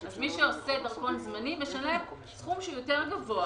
אז מי שעושה דרכון זמני משלם סכום גבוה יותר,